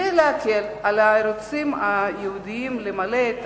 כדי להקל על הערוצים הייעודיים למלא את